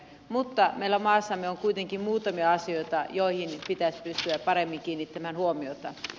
mutta meillä maassamme on kuitenkin muutamia asioita joihin pitäisi pystyä paremmin kiinnittämään huomiota